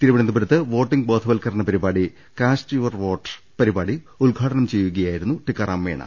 തിരുവനന്തപുരത്ത് വോട്ടിംഗ് ബോധവത്കരണ പരിപാടി കാസ്റ്റ് യുവർ വോട്ട് പരിപാടി ഉദ്ഘാ ടനം ചെയ്യുകയായിരുന്നു ടിക്കാറാം മീണ